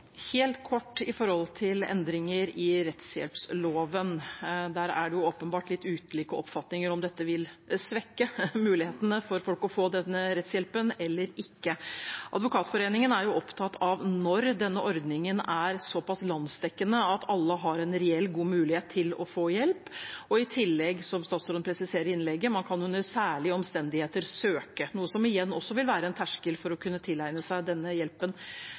Helt kort i forhold til endringer i rettshjelpsloven. Der er det åpenbart litt ulike oppfatninger av om dette vil svekke folks mulighet til å få slik rettshjelp eller ikke. Advokatforeningen er opptatt av, når denne ordningen er så pass landsdekkende, at alle har en reell god mulighet til å få hjelp, og i tillegg – som statsråden presiserte i innlegget – kan man under særlige omstendigheter søke, noe som igjen vil være en terskel for å kunne tilegne seg denne hjelpen.